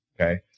okay